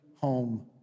home